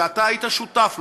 ואתה היית שותף להם,